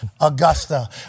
Augusta